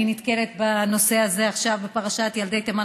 אני נתקלת בנושא הזה עכשיו בפרשת ילדי תימן,